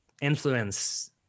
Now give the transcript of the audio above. influence